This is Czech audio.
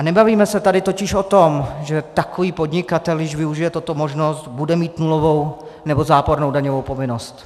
Nebavíme se tady totiž o tom, že takový podnikatel, když využije tuto možnost, bude mít nulovou nebo zápornou daňovou povinnost.